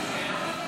על ילדים קטנים.